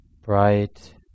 bright